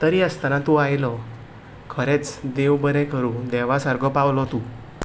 तरी आसतना तूं आयलो खरेंच देव बरें करूं देवा सारको पावलो तूं